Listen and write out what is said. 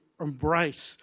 embrace